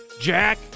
jack